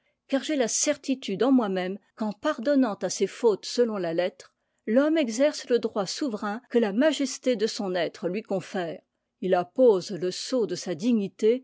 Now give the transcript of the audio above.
car j'ai la certitude en moi même qu'en pardonnant à ces fautes selon la lettre l'homme exerce le droit souverain que la majesté de son être lui confère il appose le sceau de sa dignité